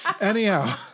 Anyhow